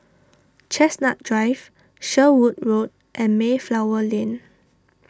Chestnut Drive Sherwood Road and Mayflower Lane